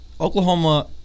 Oklahoma